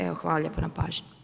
Evo, hvala lijepo na pažnji.